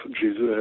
Jesus